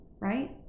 right